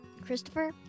Christopher